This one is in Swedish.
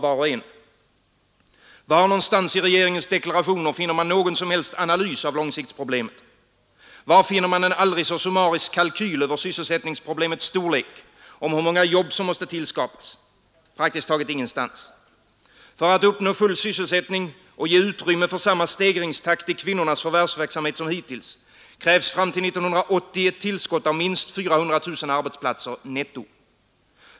Var någonstans i regeringens deklarationer finner man någon som helst analys av långsiktsproblemet? Var finner man en aldrig så summarisk kalkyl över sysselsättningsproblemets storlek, om hur många jobb som måste tillskapas? Praktiskt taget ingenstans. För att uppnå full sysselsättning och ge utrymme för samma stegringstakt i kvinnornas förvärvsverksamhet som hittills krävs fram till 1980 ett tillskott av minst 400 000 arbetsplatser netto.